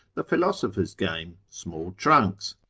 the philosopher's game, small trunks,